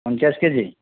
পঞ্চাশ কেজি